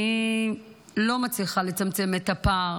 אני לא מצליחה לצמצם את הפער